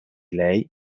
lei